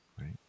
right